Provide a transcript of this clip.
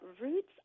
roots